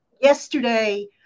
Yesterday